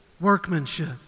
workmanship